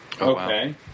Okay